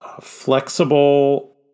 Flexible